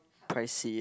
pricy uh